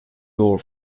door